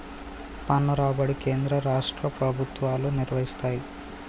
పన్ను రాబడి కేంద్ర రాష్ట్ర ప్రభుత్వాలు నిర్వయిస్తయ్